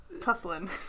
tussling